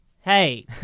Hey